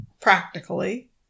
practically